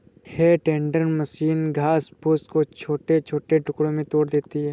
हे टेंडर मशीन घास फूस को छोटे छोटे टुकड़ों में तोड़ देती है